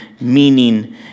meaning